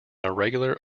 irregular